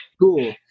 cool